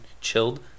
chilled